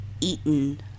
eaten